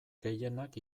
gehienak